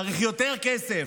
צריך יותר כסף,